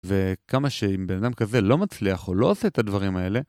וכמה שאם בן אדם כזה לא מצליח או לא עושה את הדברים האלה...